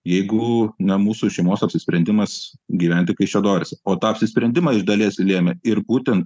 jeigu ne mūsų šeimos apsisprendimas gyventi kaišiadoryse o tą apsisprendimą iš dalies lėmė ir būtent